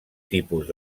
tipus